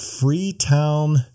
Freetown